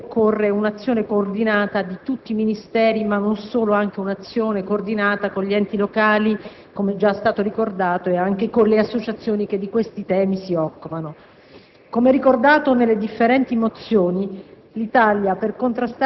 che diventa di giorno in giorno più importante e per la quale occorre un'azione coordinata di tutti i Ministeri, ma anche un'azione coordinata con gli enti locali - come è già stato ricordato - e con le associazioni che di questi temi si occupano.